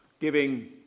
giving